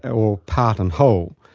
or part and whole,